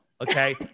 okay